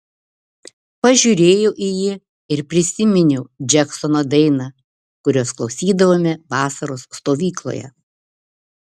pažiūrėjau į jį ir prisiminiau džeksono dainą kurios klausydavome vasaros stovykloje